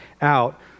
out